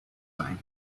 time